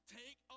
take